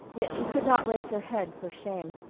yet she could not raise her head for shame.